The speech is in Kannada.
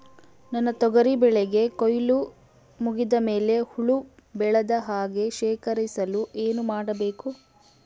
ನನ್ನ ತೊಗರಿ ಬೆಳೆಗೆ ಕೊಯ್ಲು ಮುಗಿದ ಮೇಲೆ ಹುಳು ಬೇಳದ ಹಾಗೆ ಶೇಖರಿಸಲು ಏನು ಮಾಡಬೇಕು?